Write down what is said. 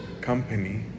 company